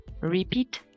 Repeat